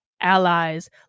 allies